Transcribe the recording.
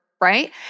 right